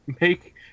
Make